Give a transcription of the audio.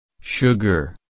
Sugar